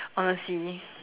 honestly